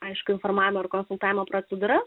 aiški informavimo ir konsultavimo procedūra